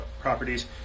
properties